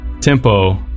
tempo